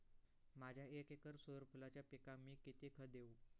माझ्या एक एकर सूर्यफुलाच्या पिकाक मी किती खत देवू?